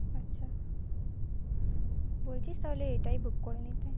আচ্ছা বলছিস তাহলে এটাই বুক করে নিতে